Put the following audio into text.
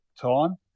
Time